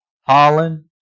Holland